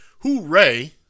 hooray